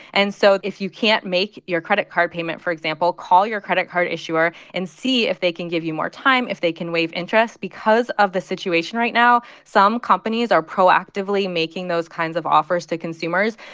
and so if you can't make your credit card payment, for example, call your credit card issuer and see if they can give you more time, if they can waive interest. because of the situation right now, some companies are proactively making those kinds of offers to consumers,